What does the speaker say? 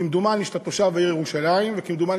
כמדומני שאתה תושב בעיר ירושלים וכמדומני